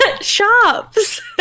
shops